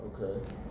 Okay